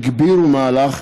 הגבירו מהלך,